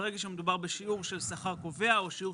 ברגע שמדובר בשיעור של שכר קובע או בשיעור